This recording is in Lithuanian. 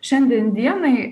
šiandien dienai